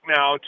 now